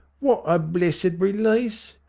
wot a blessed release!